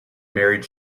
married